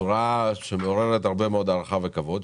בצורה שמעוררת הרבה הערכה וכבוד.